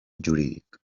jurídic